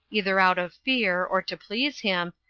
either out of fear, or to please him,